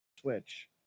Switch